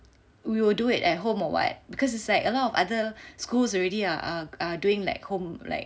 we will do it at home or what because it's like a lot of other schools already are are are doing like home like